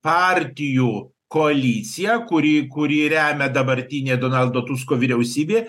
partijų koalicija kuri kuri remia dabartinė donaldo tusko vyriausybė